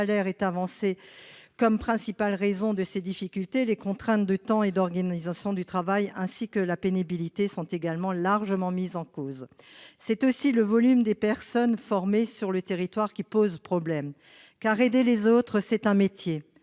est avancé comme la principale raison de ces freins, les contraintes de temps et d'organisation du travail, ainsi que la pénibilité, sont également largement mises en cause. C'est aussi le volume des personnes formées sur le territoire qui pose problème. Car aider les autres, c'est un métier,